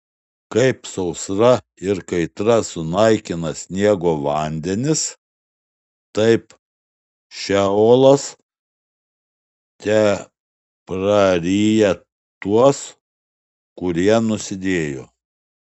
kaip sausra ir kaitra sunaikina sniego vandenis taip šeolas tepraryja tuos kurie nusidėjo